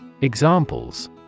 Examples